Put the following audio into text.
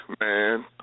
Man